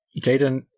Jaden